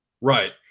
Right